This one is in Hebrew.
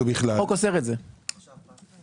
בגלל שהחרב הייתה לנו על הצוואר ארבע שנים.